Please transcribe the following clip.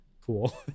cool